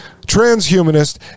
transhumanist